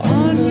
on